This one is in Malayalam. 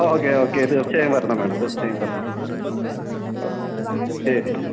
ഓക്കെ ഓക്കെ തീർച്ചയായും വരണം മാഡം തീർച്ചയായും വരണം ഓക്കെ ശരി ശരി